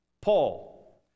Paul